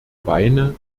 weine